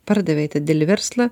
pardavei tą didelį verslą